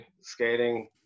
skating